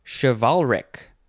chivalric